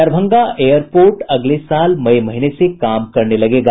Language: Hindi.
दरभंगा एयरपोर्ट अगले साल मई महीने से काम करने लगेगा